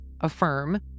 affirm